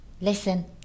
Listen